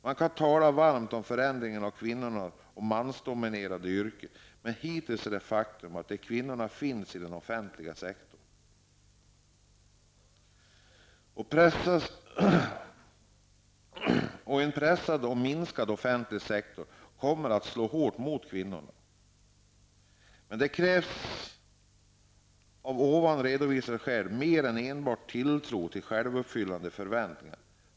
Man kan tala varmt om förändringar av kvinno och mansdominerade yrken, men hittills är det ett faktum att kvinnor finns i den offentliga sektorn. En pressad och minskad offentlig sektor kommer att slå hårt mot kvinnorna. Det krävs av ovan redovisade skäl mer än enbart tilltro till självuppfyllande förväntningar.